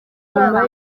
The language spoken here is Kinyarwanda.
nyuma